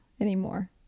anymore